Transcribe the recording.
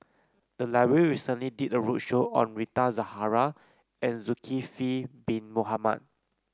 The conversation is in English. the library recently did a roadshow on Rita Zahara and Zulkifli Bin Mohamed